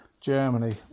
Germany